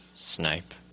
Snipe